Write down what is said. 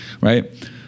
right